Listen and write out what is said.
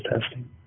testing